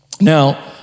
Now